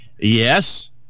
Yes